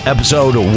Episode